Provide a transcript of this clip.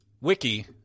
Wiki